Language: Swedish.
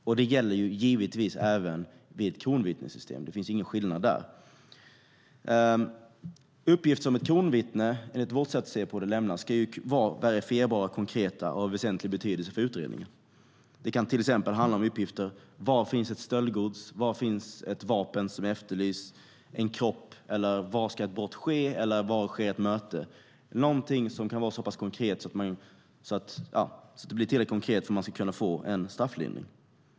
Detsamma gäller givetvis även vid ett kronvittnessystem. Det finns ingen skillnad där. Uppgifter som ett kronvittne, enligt vårt sätt att se på det, lämnar ska vara verifierbara, konkreta och av väsentlig betydelse för utredningen. Det kan till exempel handla om uppgifter om var stöldgods, ett efterlyst vapen eller en kropp finns, var ett brott eller ett möte ska ske, alltså någonting som kan vara så pass konkret att man ska kunna få en strafflindring.